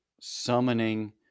summoning